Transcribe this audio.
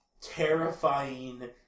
terrifying